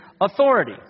authority